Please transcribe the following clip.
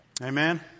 Amen